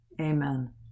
amen